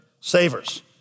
savers